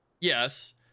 Yes